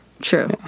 True